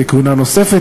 לכהונה נוספת,